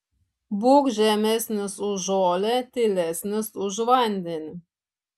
būk žemesnis už žolę tylesnis už vandenį